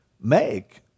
make